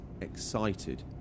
excited